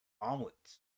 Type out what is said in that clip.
omelets